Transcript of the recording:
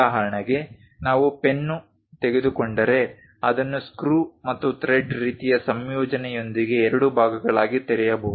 ಉದಾಹರಣೆಗೆ ನಾವು ಪೆನ್ನು ತೆಗೆದುಕೊಂಡರೆ ಅದನ್ನು ಸ್ಕ್ರೂ ಮತ್ತು ಥ್ರೆಡ್ ರೀತಿಯ ಸಂಯೋಜನೆಯೊಂದಿಗೆ ಎರಡು ಭಾಗಗಳಾಗಿ ತೆರೆಯಬಹುದು